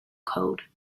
code